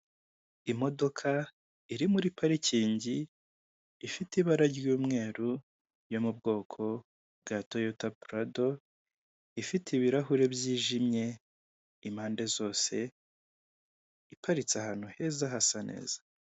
Imodoka iri muri parikingi ifite ibara ry'umweru yo mu bwoko bwa toyota parado ifite ibirahure byijimye impande zose iparitse ahantu heza hasa neza.